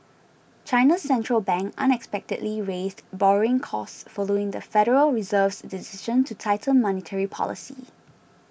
China's Central Bank unexpectedly raised borrowing costs following the Federal Reserve's decision to tighten monetary policy